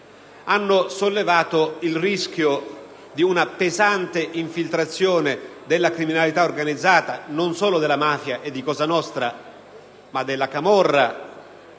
hanno evidenziato il rischio di una pesante infiltrazione della criminalità organizzata, non solo della mafia e di Cosa nostra, ma della camorra,